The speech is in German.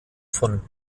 von